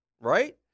right